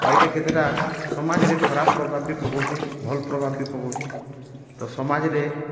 ଆଉ ଏଇଟା କେତେଟା ସମାଜ ରେ ଖରାପ ପ୍ରଭାବ ବି ପକଉଛି ଭଲ୍ ପ୍ରଭାବ ବି ପକଉଛି ତ ସମାଜ ରେ